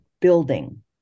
building